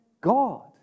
God